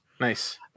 Nice